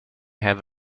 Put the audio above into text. have